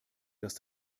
dass